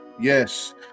Yes